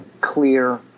clear